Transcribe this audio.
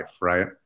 Right